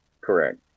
correct